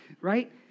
right